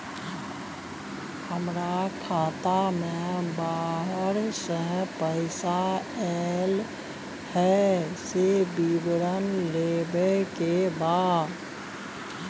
हमरा खाता में बाहर से पैसा ऐल है, से विवरण लेबे के बा?